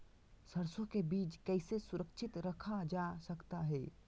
सरसो के बीज कैसे सुरक्षित रखा जा सकता है?